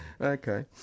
Okay